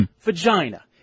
Vagina